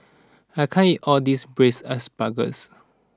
I can't eat all this Braised Asparagus